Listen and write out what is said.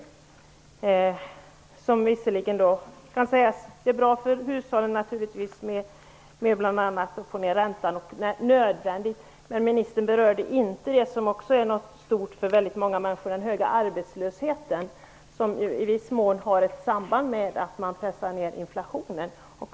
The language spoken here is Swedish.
Denna kan visserligen sägas vara bra för hushållen, bl.a. att få ned räntan, vilket är nödvändigt, men ministern berörde inte en annan stor fråga för många människor, nämligen den höga arbetslösheten, som i viss mån har ett samband med att man pressar ned inflationen.